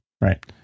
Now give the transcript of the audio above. Right